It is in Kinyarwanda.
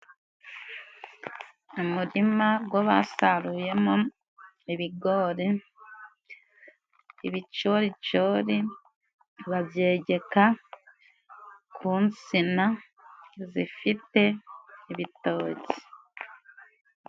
Umurima gwo basaruyemo ibigori, ibicoricori babyegeka ku nsina zifite ibitoki.